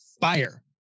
fire